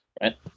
right